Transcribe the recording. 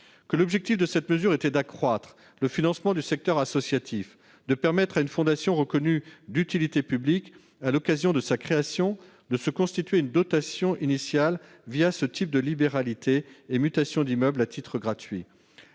que l'objet de cette mesure était d'accroître le financement du secteur associatif, de permettre à une fondation reconnue d'utilité publique à l'occasion de sa création de se constituer une dotation initiale ce type de libéralité et mutation d'immeuble à titre gratuit.